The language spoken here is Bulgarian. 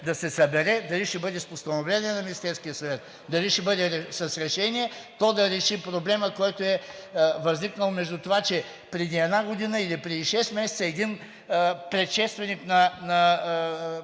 да се събере – дали ще бъде с постановление на Министерския съвет, дали ще бъде с решение, то да реши проблема, който е възникнал между това, че преди една година или преди шест месеца един предшественик на